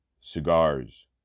Cigars